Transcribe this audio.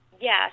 Yes